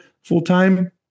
full-time